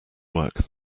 work